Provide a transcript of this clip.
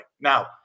Now